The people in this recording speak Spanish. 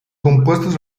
compuestos